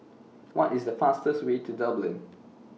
What IS The fastest Way to Dublin